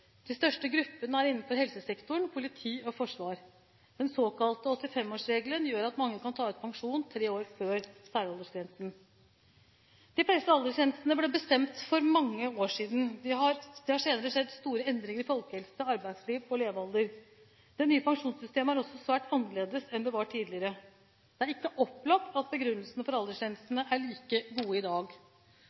De største gruppene er innenfor helsesektoren, politi og forsvar. Den såkalte 85-årsregelen gjør at mange kan ta ut pensjon tre år før særaldersgrensen. De fleste aldersgrensene ble bestemt for mange år siden. Det har senere skjedd store endringer i folkehelse, arbeidsliv og levealder. Det nye pensjonssystemet er også svært annerledes enn det var tidligere. Det er ikke opplagt at begrunnelsene for aldersgrensene er like gode i dag.